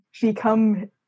become